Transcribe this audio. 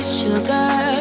sugar